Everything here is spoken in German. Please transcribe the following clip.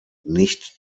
nicht